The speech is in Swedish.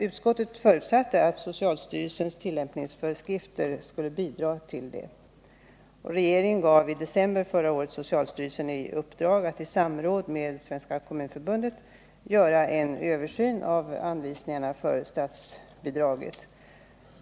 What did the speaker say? Utskottet förutsatte att socialstyrelsens tillämpningsföreskrifter skulle bidra till detta. Regeringen gav i december förra året socialstyrelsen i uppdrag att i samråd med Svenska kommunförbundet göra en översyn av anvisningarna för statsbidraget.